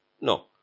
No